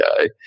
guy